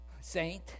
saint